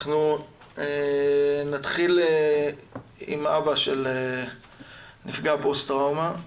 אנחנו נתחיל עם אבא של נפגע פוסט טראומה.